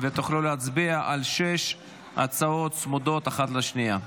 ותוכלו להצביע על שש הצעות צמודות אחת לשנייה.